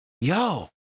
Yo